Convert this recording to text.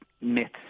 myths